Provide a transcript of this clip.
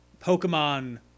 Pokemon